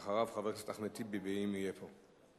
אחריו, חבר הכנסת אחמד טיבי, אם יהיה פה.